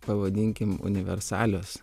pavadinkim universalios